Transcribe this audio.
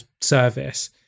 service